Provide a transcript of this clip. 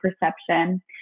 perception